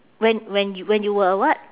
when when you when you were a what